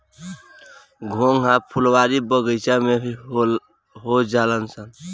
घोंघा फुलवारी बगइचा में भी हो जालनसन